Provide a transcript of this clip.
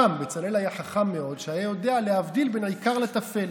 בצלאל היה חכם מאוד והיה יודע לזהות ולהבדיל בין עיקר לטפל.